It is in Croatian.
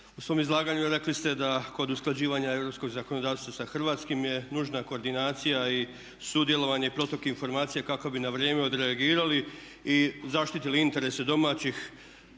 u svom izlaganju rekli ste da kod usklađivanja europskog zakonodavstva sa hrvatskim je nužna koordinacija i sudjelovanje i protok informacija kako bi na vrijeme odreagirali i zaštitili interese domaćih